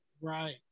Right